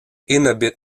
inhabit